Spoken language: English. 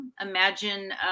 imagine